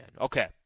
Okay